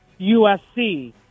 USC